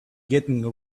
getting